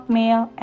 male